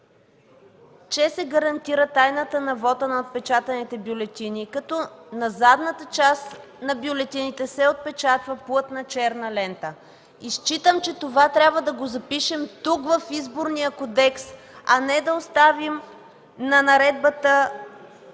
че се гарантира тайната на вота на отпечатаните бюлетини, като на задната част на бюлетините се отпечатва плътна черна лента. Считам, че това трябва да го запишем тук, в Изборния кодекс, а не да оставим на наредбата